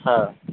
হ্যাঁ